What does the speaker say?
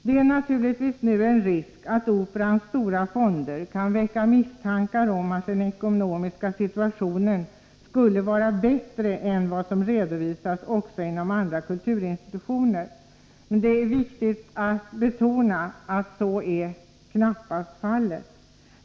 Det finns naturligtvis nu en risk för att Operans stora fonder kan väcka misstakar om att den ekonomiska situationen skulle vara bättre än som har redovisats också inom andra kulturinstitutioner. Det är viktigt att betona att så knappast är fallet.